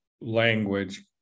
language